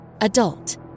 adult